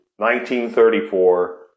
1934